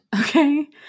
okay